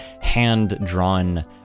hand-drawn